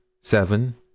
seven